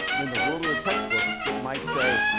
in the world of the textbook, it might say,